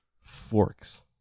Forks